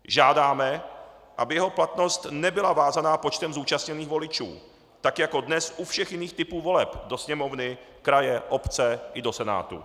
Žádáme, aby jeho platnost nebyla vázána počtem zúčastněných voličů, tak jako dnes u všech jiných typů voleb do Sněmovny, kraje, obce i do Senátu.